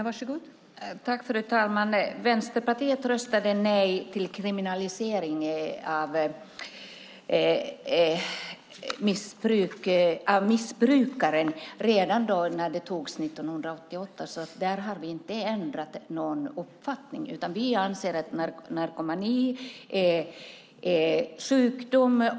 Fru talman! Vänsterpartiet röstade nej till kriminalisering av missbrukare redan 1988. Där har vi inte ändrat uppfattning. Vi anser att narkomani är en sjukdom.